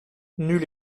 nulle